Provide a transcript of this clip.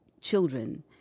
children